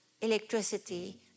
electricity